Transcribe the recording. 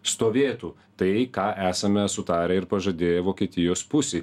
stovėtų tai ką esame sutarę ir pažadėję vokietijos pusei